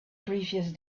previous